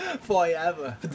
Forever